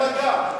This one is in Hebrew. כשהיו מבליגים.